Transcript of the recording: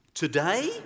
Today